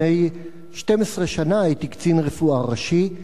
לפני 12 שנה הייתי קצין רפואה ראשי,